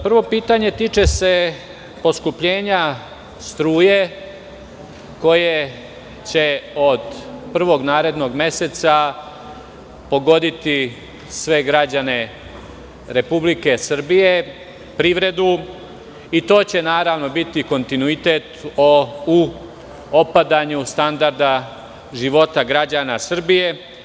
Prvo pitanje tiče se poskupljenja struje koje će od prvog narednog meseca pogoditi sve građane Republike Srbije, privredu i to će, naravno, biti kontinuitet u opadanju standarda života građana Srbije.